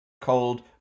cold